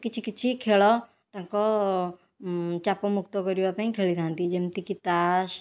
କିଛି କିଛି ଖେଳ ତାଙ୍କର ଚାପମୁକ୍ତ କରିବା ପାଇଁ ଖେଳିଥାନ୍ତି ଯେମିତିକି ତାସ